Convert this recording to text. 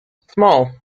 small